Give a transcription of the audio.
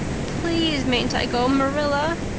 please, mayn't i go, marilla?